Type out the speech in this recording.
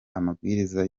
amabwiriza